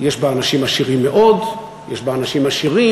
יש בה אנשים עשירים מאוד, יש בה אנשים עשירים,